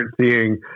seeing